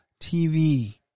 TV